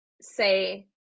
say